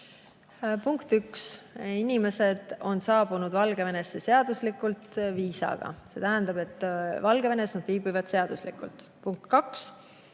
Punkt üks: inimesed on saabunud Valgevenesse seaduslikult viisaga, see tähendab, et Valgevenes nad viibivad seaduslikult. Punkt